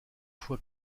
fois